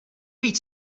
víc